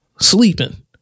sleeping